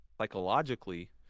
Psychologically